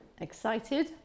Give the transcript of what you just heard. Excited